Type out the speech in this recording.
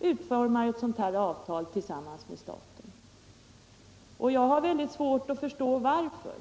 utformar ett sådant avtal med staten. Jag har väldigt svår att förstå varför.